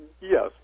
yes